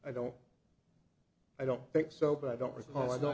i don't i don't think so but i don't recall i